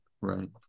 Right